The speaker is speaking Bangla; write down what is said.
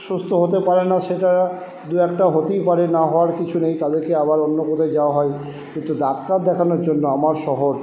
সুস্থ হতে পারেন না সেটা দু একটা হতেই পারে না হওয়ার কিছু নেই তাদেরকে আবার অন্য কোথাও যাওয়া হয় কিন্তু ডাক্তার দেখানোর জন্য আমার শহর